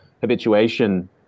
habituation